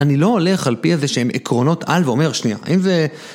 אני לא הולך על פי איזה שהם עקרונות על ואומר, שנייה, האם זה...